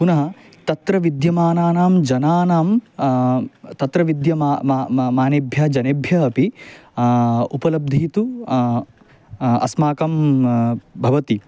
पुनः तत्र विद्यमानानां जनानां तत्र विद्यमा मा मा मानेभ्यः जनेभ्यः अपि उपलब्धिः तु अस्माकं भवति